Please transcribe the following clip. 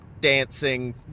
dancing